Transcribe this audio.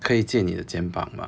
可以借你的肩膀吗